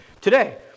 today